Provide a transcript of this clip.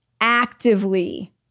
actively